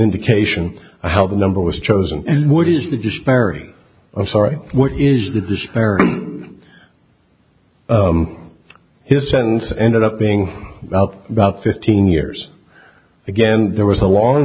indication of how the number was chosen and what is the disparity i'm sorry what is the disparity his sentence ended up being about fifteen years again there was a long